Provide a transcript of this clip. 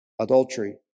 adultery